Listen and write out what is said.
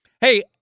Hey